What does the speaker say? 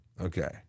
Okay